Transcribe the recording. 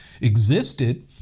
existed